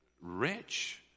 rich